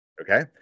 okay